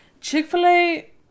Chick-fil-A